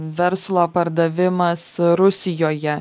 verslo pardavimas rusijoje